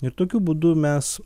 ir tokiu būdu mes